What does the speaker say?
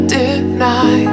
deny